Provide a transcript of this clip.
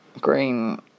green